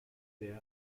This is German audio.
besitz